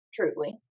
truly